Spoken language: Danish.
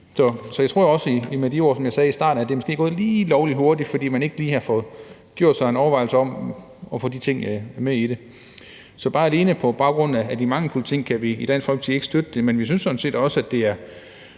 at det måske er gået lige lovlig hurtigt, fordi man ikke lige havde fået gjort sig en overvejelse om at få de ting med i det. Så alene på baggrund af de mangelfulde ting kan vi ikke støtte det, men vi synes sådan set, at det er